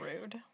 rude